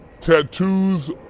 tattoos